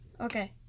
Okay